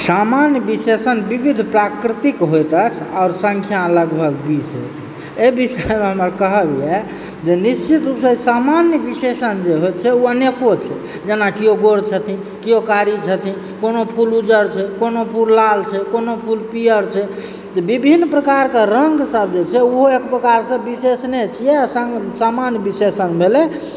सामान्य विशेषण विविध प्राकृतिक होइत अछि और सङ्ख्या लगभग बीस हेतै एहि विषयमे हमर कहबयऽ जे निश्चित रूपसे सामान्य विशेषण जे होइ छै ऊ अनेको छै जेनाकि किओ गोर छथिन किओ कारी छथिन कोनो फूल उज्जर छै कोनो फूल लाल छै कोनो फूल पीयर छै तऽ विभिन्न प्रकारकऽ रङ्ग सब जे छै ऊहो एक प्रकारसँ विशेषणे छियै आ सामान्य विशेषण भेलै